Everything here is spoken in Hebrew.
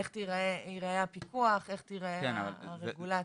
איך ייראה הפיקוח, איך תראה הרגולציה.